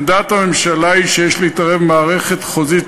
עמדת הממשלה היא שיש להתערב במערכת חוזית